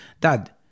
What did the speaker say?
dad